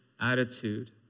attitude